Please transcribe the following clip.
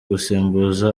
gusimbuza